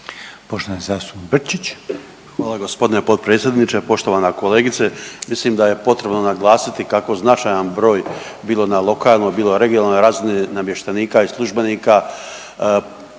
Luka (HDZ)** Hvala g. potpredsjedniče, poštovana kolegice, mislim da je potrebno naglasiti kako značajan broj, bilo na lokalnoj, bilo regionalnoj razini namještenika i službenika prima